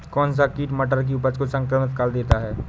कौन सा कीट मटर की उपज को संक्रमित कर देता है?